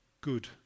good